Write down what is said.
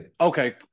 Okay